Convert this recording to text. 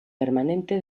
permanente